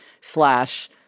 slash